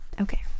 okay